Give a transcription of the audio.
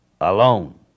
alone